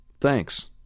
Thanks